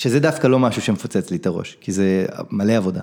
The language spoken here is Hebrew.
שזה דווקא לא משהו שמפוצץ לי את הראש, כי זה מלא עבודה.